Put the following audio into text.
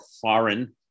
foreign